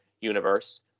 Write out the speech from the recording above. universe